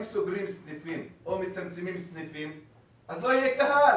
אם סוגרים סניפים או מצמצמים סניפים אז לא יהיה קהל.